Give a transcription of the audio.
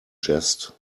jest